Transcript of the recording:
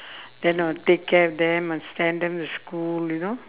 then I'll take care of them I send them to school you know